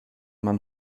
man